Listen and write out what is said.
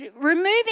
removing